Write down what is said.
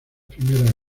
primeras